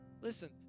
Listen